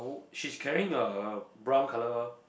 she's carrying a brown colour